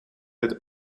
het